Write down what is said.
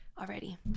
already